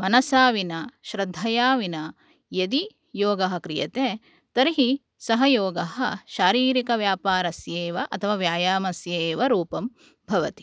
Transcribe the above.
मनसा विना श्रद्धया विना यदि योगः क्रियते तर्हि सः योगः शारीरिकव्यापारस्य एव अथवा व्यायमस्य एव रुपं भवति